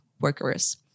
workers